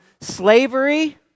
slavery